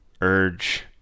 urge